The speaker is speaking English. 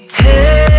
hey